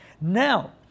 Now